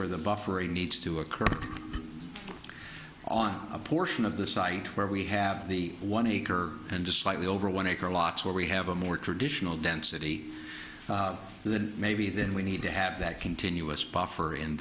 where the buffer a needs to occur on a portion of the site where we have the one acre and to slightly over one acre lots where we have a more traditional density and then maybe then we need to have that continuous buffer in